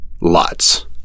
Lots